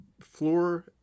Floor